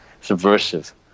subversive